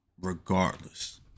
regardless